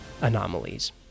anomalies